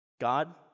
God